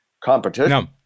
competition